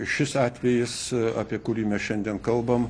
šis atvejis apie kurį mes šiandien kalbam